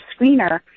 screener